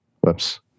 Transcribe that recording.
Whoops